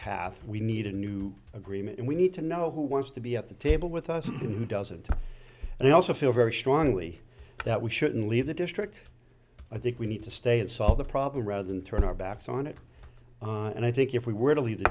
path we need a new agreement and we need to know who wants to be at the table with us and who doesn't and i also feel very strongly that we shouldn't leave the district i think we need to stay and solve the problem rather than turn our backs on it and i think if we were to leave the